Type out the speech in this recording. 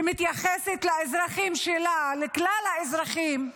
שמתייחסת לאזרחים שלה, לכלל האזרחים,